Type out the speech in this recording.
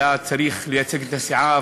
שהיה צריך לייצג את הסיעה,